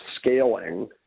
scaling